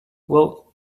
will